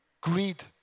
greed